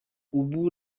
ubu